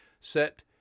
set